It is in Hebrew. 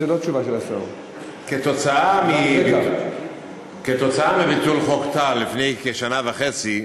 הביטחון, עקב ביטול חוק טל לפני כשנה וחצי,